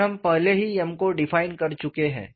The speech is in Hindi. और हम पहले ही m को डिफाइन कर चुके हैं